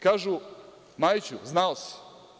Kažu, Majiću, znao si.